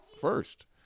first